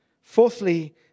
Fourthly